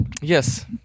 yes